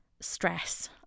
stress